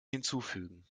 hinzufügen